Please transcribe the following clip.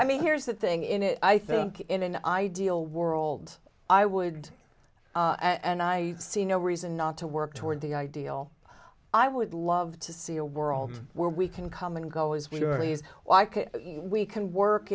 i mean here's the thing in it i think in an ideal world i would and i see no reason not to work toward the ideal i would love to see a world where we can come and go as we really is why can't we can work